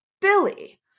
Billy